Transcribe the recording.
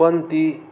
पण ती